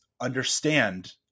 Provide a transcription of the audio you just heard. understand